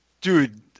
Dude